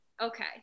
Okay